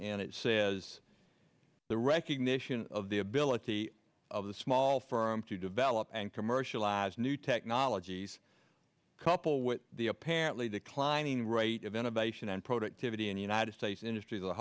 and it says the recognition of the ability of the small firms to develop and commercialize new technologies couple with the apparently declining rate of innovation and productivity in the united states industr